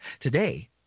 Today